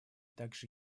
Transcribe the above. также